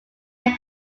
met